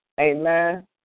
Amen